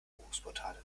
buchungsportale